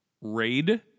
raid